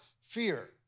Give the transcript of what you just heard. fear